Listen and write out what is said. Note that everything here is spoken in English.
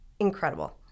incredible